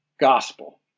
gospel